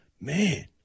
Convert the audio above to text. man